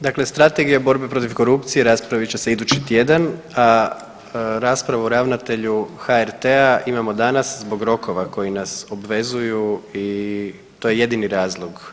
Dakle, Strategija borbe protiv korupcije raspravit će se idući tjedan, a raspravu o ravnatelju HRT-a imamo danas zbog rokova koji nas obvezuju i to je jedini razlog.